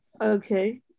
Okay